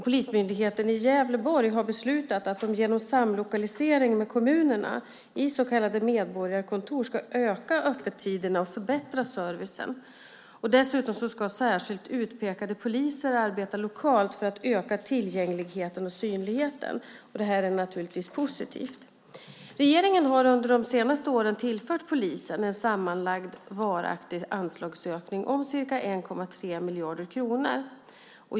Polismyndigheten i Gävleborg har beslutat att de genom samlokalisering med kommunerna i så kallade medborgarkontor ska öka öppettiderna och förbättra servicen. Dessutom ska särskilt utpekade poliser arbeta lokalt för att öka tillgängligheten och synligheten. Och det här är naturligtvis positivt. Regeringen har under de senaste åren tillfört polisen en sammanlagd varaktig anslagsökning om ca 1,3 miljarder kronor.